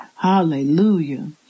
Hallelujah